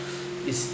its